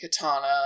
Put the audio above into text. katana